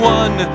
one